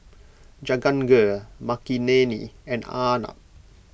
Jahangir Makineni and Arnab